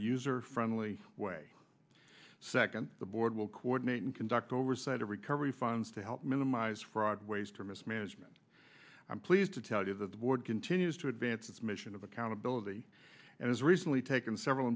user friendly way second the board will coordinate and conduct oversight of recovery funds to help minimize fraud waste or mismanagement i'm pleased to tell you that the board continues to advance its mission of accountability and has recently taken several